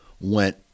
went